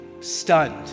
stunned